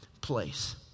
place